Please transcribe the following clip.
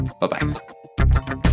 Bye-bye